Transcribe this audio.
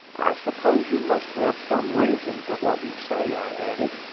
i suppose you must have some reason for what you say, i added,